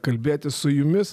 kalbėtis su jumis